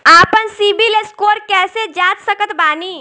आपन सीबील स्कोर कैसे जांच सकत बानी?